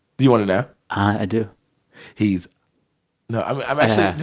do you want to know? i do he's no, i'm actually no,